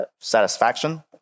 satisfaction